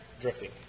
drifting